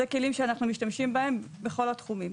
אלו כלים שאנחנו משתמשים בהם בכל התחומים.